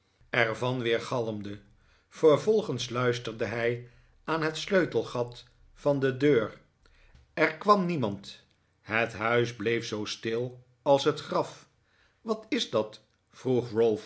van weergalmde vervolgens luisterde hij aan het sleutelgat van de deur er kwam niemandj het huis bleef zoo fetil als het graf wat is dat vroeg